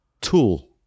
tool